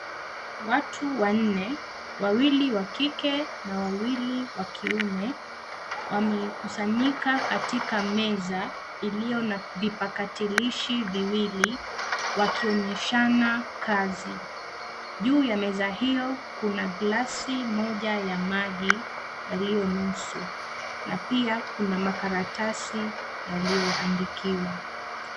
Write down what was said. Watu wanne, wawili wa kike na wawili wa kiume, wamekusanyika katika meza iliyo na vipakatalishi viwili wakionyeshana kazi. Juu ya meza hio kuna glasi moja ya maji yaliyo nusu. Na pia kuna makaratasi yaliyoandikiwa.